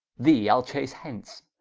thee ile chase hence,